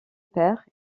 père